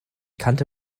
kannte